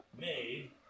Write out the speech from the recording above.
made